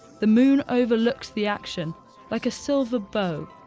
the moon overlooks the action like a silver bow,